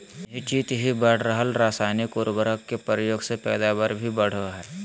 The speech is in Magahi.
निह्चित ही बढ़ रहल रासायनिक उर्वरक के प्रयोग से पैदावार भी बढ़ो हइ